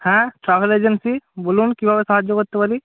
হ্যাঁ travel agency বলুন কীভাবে সাহায্য করতে পারি